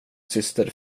syster